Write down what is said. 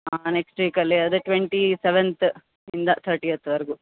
ಹಾಂ next week ಅಲ್ಲೇ ಅದೇ ಟ್ವೆಂಟೀ ಸೆವೆನ್ತ್ ಇಂದ ತರ್ಟಿಯತ್ ವರೆಗು